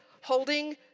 holding